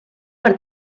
per